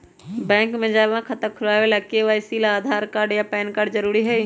bank में जमा खाता खुलावे ला के.वाइ.सी ला आधार कार्ड आ पैन कार्ड जरूरी हई